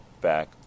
back